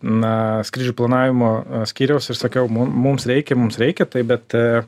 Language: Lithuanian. na skrydžių planavimo skyriaus ir sakiau mu mums reikia mums reikia tai bet